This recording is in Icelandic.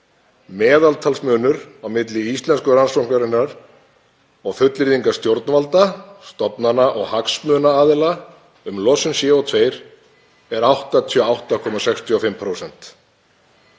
meðaltalsmunur á milli íslensku rannsóknarinnar og fullyrðinga stjórnvalda, stofnana og hagsmunaaðila, um losun kolefnis, sé 88,65%.